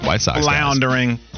floundering